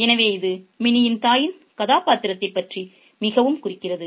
எனவே இது மினியின் தாயின் கதாபாத்திரத்தைப் பற்றி மிகவும் குறிக்கிறது